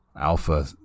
alpha